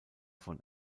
von